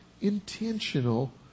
intentional